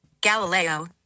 Galileo